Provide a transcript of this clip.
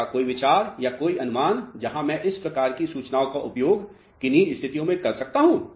आपका कोई विचार या कोई अनुमान जहां मैं इस प्रकार की सूचनाओं का उपयोग किन्ही स्थितियों में कर सकता हूं